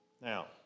Now